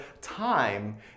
time